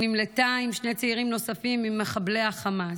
היא נמלטה עם שני צעירים נוספים ממחבלי החמאס.